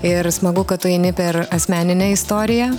ir smagu kad tu eini per asmeninę istoriją